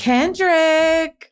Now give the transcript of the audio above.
Kendrick